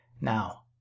Now